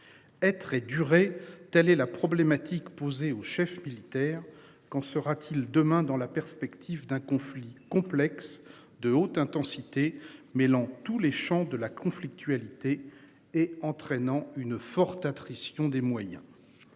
Être et durer. Telle est la problématique posée aux chefs militaires. Qu'en sera-t-il demain dans la perspective d'un conflit complexe de haute intensité, mêlant tous les champs de la conflictualité et entraînant une forte attrition des moyens.